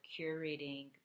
curating